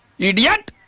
idiot!